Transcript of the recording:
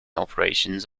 operations